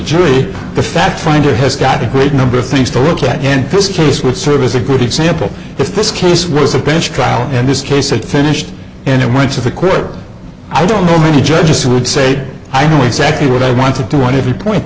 jury the fact finder has got a great number of things to look at in this case would serve as a good example if this case was a bench trial and this case had finished and it went to the court i don't know many judges who would say i know exactly what they want to do one every point